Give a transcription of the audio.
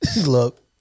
Look